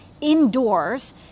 indoors